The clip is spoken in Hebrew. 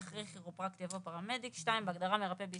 אחרי "כירופרקט" יבוא "פרמדיק,"; (2 )בהגדרה ""מרפא בעיסוק",